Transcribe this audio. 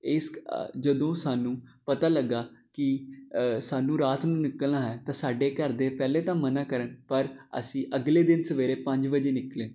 ਇਸ ਜਦੋਂ ਸਾਨੂੰ ਪਤਾ ਲੱਗਾ ਕਿ ਸਾਨੂੰ ਰਾਤ ਨੂੰ ਨਿਕਲਣਾ ਹੈ ਤਾਂ ਸਾਡੇ ਘਰ ਦੇ ਪਹਿਲੇ ਤਾਂ ਮਨ੍ਹਾ ਕਰਨ ਪਰ ਅਸੀਂ ਅਗਲੇ ਦਿਨ ਸਵੇਰੇ ਪੰਜ ਵਜੇ ਨਿਕਲੇ